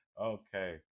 Okay